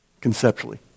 conceptually